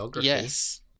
Yes